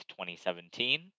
2017